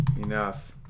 enough